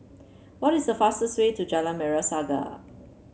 what is the fastest way to Jalan Merah Saga